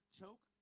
choke